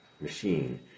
machine